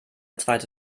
zweite